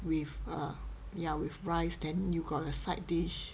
with err yeah with rice then you got a side dish